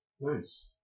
Nice